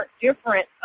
different